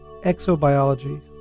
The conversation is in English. exobiology